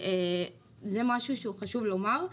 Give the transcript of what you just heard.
זה משהו שהוא חשוב לומר.